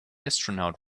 astronaut